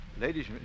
Ladies